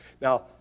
Now